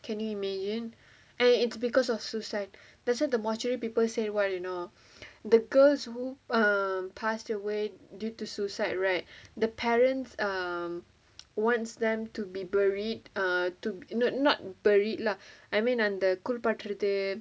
can you imagine and it's because of suicide that's why the mortuary people say what you know the girls err passed away due to suicide right the parents um want them to be buried err to no not buried lah I mean அந்த குளிப்பாட்டுறது:antha kulippaaturathu